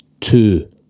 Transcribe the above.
Two